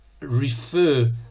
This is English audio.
refer